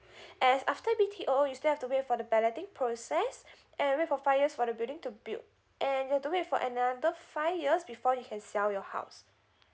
as after B_T_O you still have to wait for the balloting process and wait for five years for the building to build and you have to wait for another five years before you can sell your house